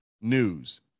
news